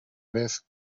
vez